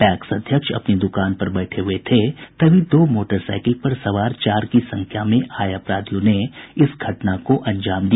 PACS अध्यक्ष अपनी दुकान पर बैठे हुए थे तभी दो मोटरसाईकिल पर सवार चार की संख्या में आये अपराधियों ने इस घटना को अंजाम दिया